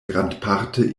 grandparte